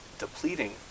depleting